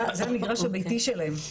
זה המגרש הביתי שלהם,